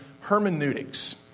hermeneutics